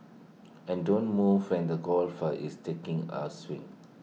and don't move when the golfer is taking A swing